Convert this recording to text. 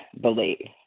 believe